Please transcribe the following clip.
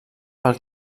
pel